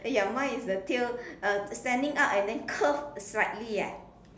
ya mine is the tail uh standing up and then curve slightly ah